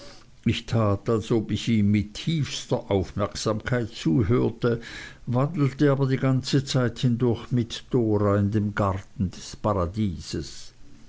ob ich ihm mit tiefster aufmerksamkeit zuhörte wandelte aber die ganze zeit hindurch mit dora in dem garten des paradieses